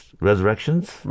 Resurrections